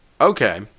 Okay